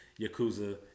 Yakuza